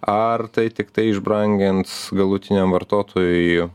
ar tai tiktai išbrangins galutiniam vartotojui